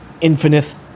infinite